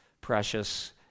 precious